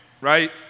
right